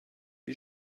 die